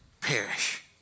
perish